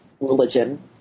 religion